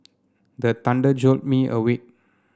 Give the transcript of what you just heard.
the thunder jolt me awake